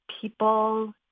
people